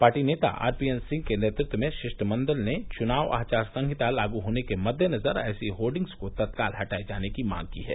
party नेता R P N Singh के नेतृत्व में शिष्टमंडल ने चुनाव आचार सहिंता लागू होने के मद्देनजर ऐसी होर्डिग्स को तत्काल हटाए जाने की मांग की है